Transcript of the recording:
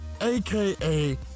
aka